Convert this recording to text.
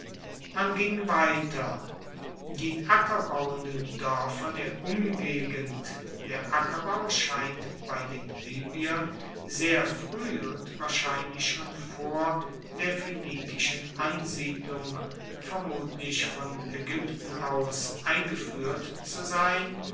man ging weiter die ackerbauenden doerfer der umgegend der ackerbau scheint bei den libyern sehr frueh und wahrscheinlich schon vor der phoenikischen ansiedlung vermutlich von aegypten aus eingefuehrt zu sein